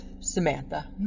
Samantha